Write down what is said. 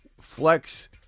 Flex